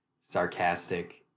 sarcastic